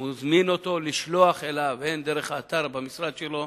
הוא מזמין אותו לשלוח אליו הן דרך האתר במשרד שלו,